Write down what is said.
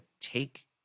take